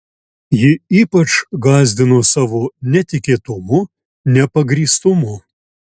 ji ypač gąsdino savo netikėtumu nepagrįstumu